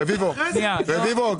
רביבו --- רביבו,